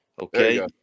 Okay